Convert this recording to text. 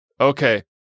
Okay